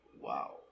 Wow